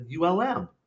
ULM